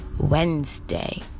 wednesday